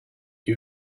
you